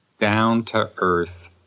down-to-earth